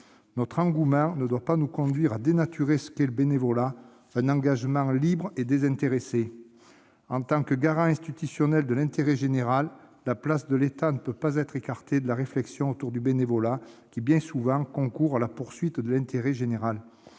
Notre engouement ne doit pas nous conduire à dénaturer ce qu'est le bénévolat : un engagement libre et désintéressé. Dans la mesure où l'État est le garant institutionnel de l'intérêt général, sa place ne peut être écartée de la réflexion autour du bénévolat, qui bien souvent concourt à la poursuite du même intérêt général.